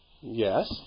Yes